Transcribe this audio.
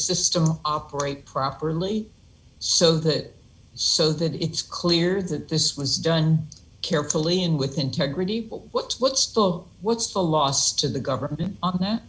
system operate properly so that so that it's clear that this was done carefully and with integrity people what's what's the what's the loss to the government on that